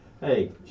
hey